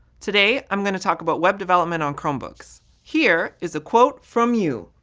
today, i'm going to talk about web development on chromebooks. here is a quote from you,